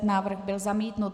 Návrh byl zamítnut.